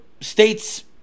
states